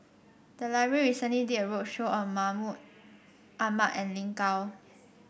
the library recently did a roadshow on Mahmud Ahmad and Lin Gao